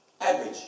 average